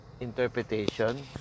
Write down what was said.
Interpretation